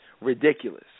ridiculous